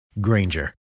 Granger